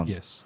Yes